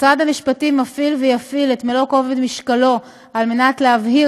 משרד המשפטים מפעיל ויפעיל את מלוא כובד משקלו כדי להבהיר